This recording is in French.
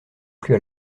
plus